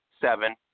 seven